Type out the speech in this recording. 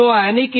તો આ 5